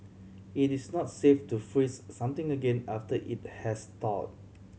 it is not safe to freeze something again after it has thaw